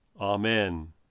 Amen